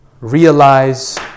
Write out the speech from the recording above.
realize